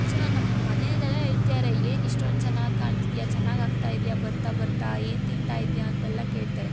ನಿಜ ನಮ್ಮ ಮನೆಯಲ್ಲೆಲ್ಲ ಹೇಳ್ತಿದಾರೆ ಏನು ಇಷ್ಟೊಂದು ಚೆನ್ನಾಗಿ ಕಾಣ್ತಿದ್ಯಾ ಚೆನ್ನಾಗಿ ಆಗ್ತಾ ಇದ್ದೀಯ ಬರ್ತಾ ಬರ್ತಾ ಏನು ತಿನ್ತಾ ಇದ್ದಿಯಾ ಅಂತೆಲ್ಲ ಕೇಳ್ತಾರೆ